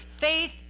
Faith